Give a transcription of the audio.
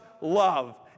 love